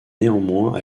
néanmoins